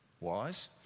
wise